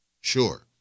Sure